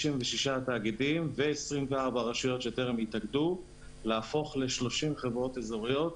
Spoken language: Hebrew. תאגידים ו-24 רשויות שטרם התאגדו להפוך ל-30 חברות אזוריות.